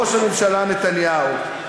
ראש הממשלה נתניהו.